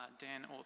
Dan